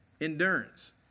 Endurance